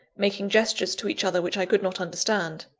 making gestures to each other which i could not understand.